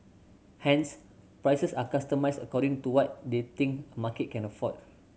hence prices are customised according to what they think a market can afford